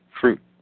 fruit